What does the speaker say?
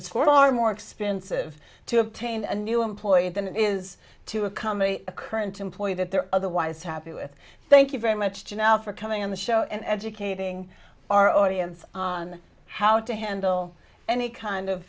is far more expensive to obtain a new employer than it is to accommodate a current employer that they're otherwise happy with thank you very much to now for coming on the show and educating our audience on how to handle any kind of